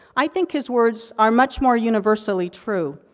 i think his words are much more universally true.